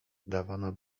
dawano